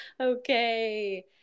Okay